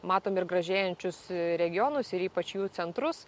matom ir gražėjančius regionus ir ypač jų centrus